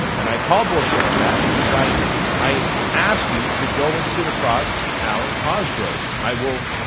and i call bullshit on that because i i ask you to go and sit across alan cosgrove, i will